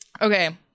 Okay